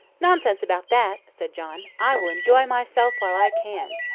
nonsense about that, said john i will enjoy myself while i can.